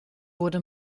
wurde